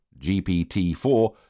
GPT-4